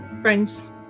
friends